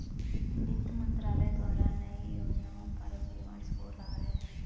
वित्त मंत्रालय द्वारा नए योजनाओं पर विमर्श हो रहा है